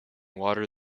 water